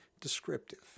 descriptive